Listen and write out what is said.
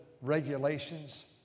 regulations